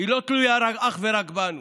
לא תלויה אך רק בנו,